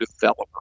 developer